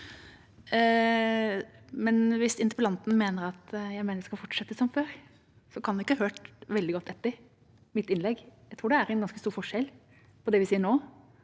men hvis interpellanten mener at jeg sa at vi skal fortsette som før, kan hun ikke ha hørt veldig godt etter under mitt innlegg. Jeg tror det er en ganske stor forskjell på det vi sier nå,